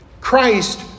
Christ